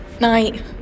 Night